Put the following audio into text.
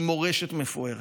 עם מורשת מפוארת,